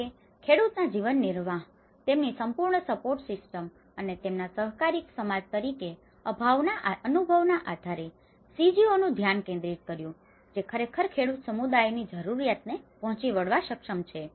તેઓએ ખેડૂતના જીવનનિર્વાહ તેમની સંપૂર્ણ સપોર્ટ સિસ્ટમ્સ અને તેમના સહકારી સમાજ તરીકેના અનુભવના આધારે CGOનું ધ્યાન કેન્દ્રિત કર્યું જે ખરેખર ખેડૂત સમુદાયોની જરૂરિયાતોને પહોંચી વળવા માટે સક્ષમ છે